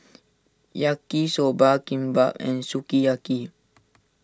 Yaki Soba Kimbap and Sukiyaki